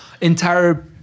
entire